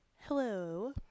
Hello